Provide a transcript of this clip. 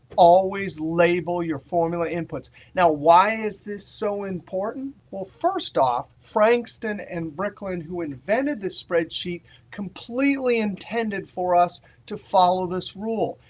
always label your formula inputs. now, why is this so important? well first off, frankston and bricklin who invented this spreadsheet completely intended for us to follow this rule.